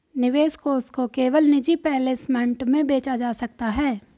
निवेश कोष को केवल निजी प्लेसमेंट में बेचा जा सकता है